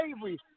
slavery